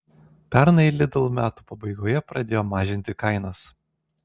pernai lidl metų pabaigoje pradėjo mažinti kainas